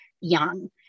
young